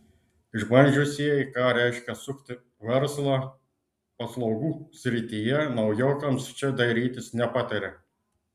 išbandžiusieji ką reiškia sukti verslą paslaugų srityje naujokams čia dairytis nepataria